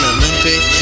Olympic